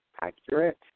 accurate